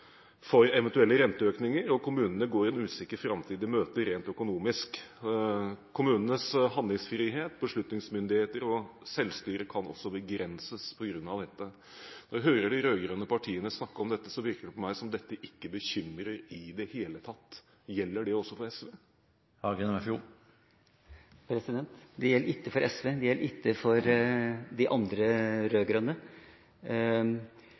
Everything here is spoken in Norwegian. for eventuelle renteøkninger, og kommunene går en usikker framtid i møte rent økonomisk. Kommunenes handlingsfrihet, beslutningsmyndighet og selvstyre kan også begrenses på grunn av dette. Når jeg hører de rød-grønne partiene snakke om dette, virker det på meg som om dette ikke bekymrer dem i det hele tatt. Gjelder det også for SV? Det gjelder ikke for SV, og det gjelder ikke for de andre